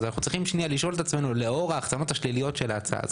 אז אנחנו צריכים לשאול את עצמנו לאור ההחצנות השליליות של ההצעה הזו,